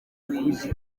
kujya